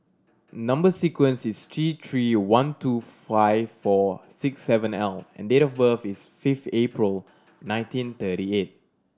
number sequence is T Three one two five four six seven L and date of birth is fifth April nineteen thirty eight